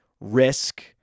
risk